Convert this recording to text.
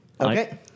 Okay